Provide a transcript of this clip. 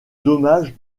dommage